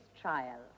trial